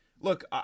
look